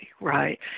right